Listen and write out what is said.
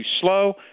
slow